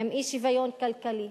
עם אי-שוויון כלכלי.